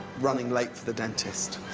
running late for the dentist.